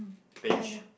beige